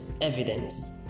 evidence